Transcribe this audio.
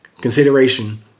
consideration